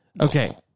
Okay